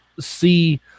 see